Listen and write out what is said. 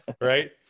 Right